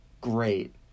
great